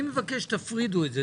אני מבקש שתפרידו את זה.